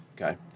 Okay